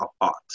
apart